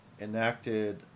enacted